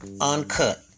uncut